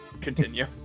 continue